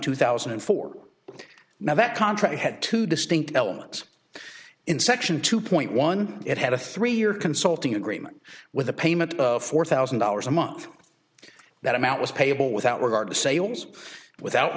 two thousand and four now that contract had two distinct elements in section two point one it had a three year consulting agreement with a payment of four thousand dollars a month that amount was payable without regard to sales without